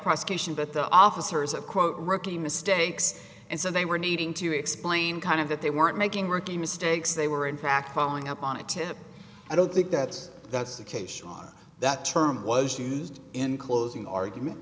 prosecution but the officers that quote rookie mistakes and so they were needing to explain kind of that they weren't making rookie mistakes they were in fact following up on a tip i don't think that that's the case shawn that term was used in closing argument